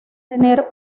tener